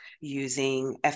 using